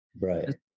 Right